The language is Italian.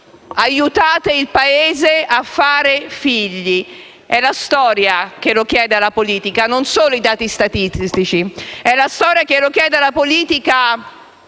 e aiutate il Paese a fare figli. È la storia che lo chiede alla politica, non sono i dati statistici. È la storia che lo chiede alla politica,